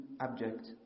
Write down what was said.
abject